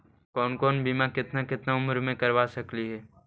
कौन कौन बिमा केतना केतना उम्र मे करबा सकली हे?